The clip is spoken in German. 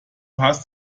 hast